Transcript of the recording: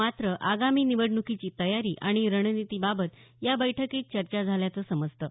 मात्र आगामी निवडण्कीची तयारी आणि रणनितीबाबत या बैठकीत चर्चा झाल्याचं समजतं